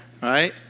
Right